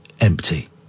empty